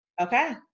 Okay